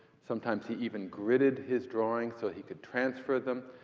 sometimes he even gridded his drawings so he could transfer them.